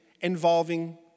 involving